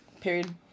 Period